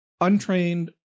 untrained